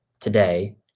today